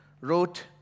wrote